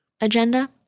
agenda